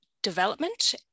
development